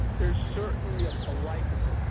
there's certainly a ah likelihood,